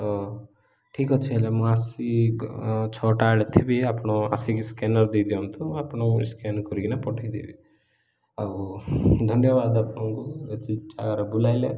ତ ଠିକ୍ ଅଛି ହେଲେ ମୁଁ ଆସି ଛଅଟା ବେଳେ ଥିବି ଆପଣ ଆସିକି ସ୍କାନର ଦେଇଦିଅନ୍ତୁ ଆପଣଙ୍କୁ ସ୍କାନ କରିକିନା ପଠେଇଦେବି ଆଉ ଧନ୍ୟବାଦ ଆପଣଙ୍କୁ ଏତିକି ଜାଗାରେ ବୁଲାଇଲେ